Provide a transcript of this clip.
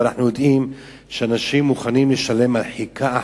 אבל אנחנו יודעים שאנשים מוכנים לשלם על חלקה אחת,